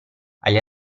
agli